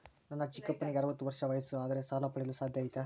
ನನ್ನ ಚಿಕ್ಕಪ್ಪನಿಗೆ ಅರವತ್ತು ವರ್ಷ ವಯಸ್ಸು ಆದರೆ ಸಾಲ ಪಡೆಯಲು ಸಾಧ್ಯ ಐತಾ?